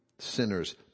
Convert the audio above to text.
Sinners